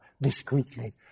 discreetly